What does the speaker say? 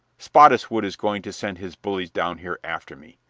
spottiswood is going to send his bullies down here after me.